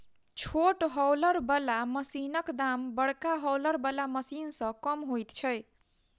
छोट हौलर बला मशीनक दाम बड़का हौलर बला मशीन सॅ कम होइत छै